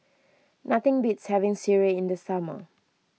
nothing beats having Sireh in the summer